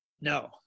no